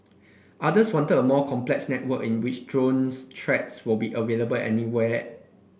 others wanted a more complex network in which drone tracks would be available anywhere